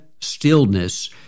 stillness